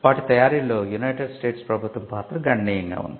వాటి తయారీలో United States ప్రభుత్వం పాత్ర గణనీయంగా ఉంది